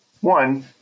one